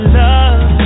love